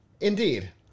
Indeed